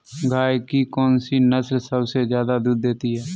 गाय की कौनसी नस्ल सबसे ज्यादा दूध देती है?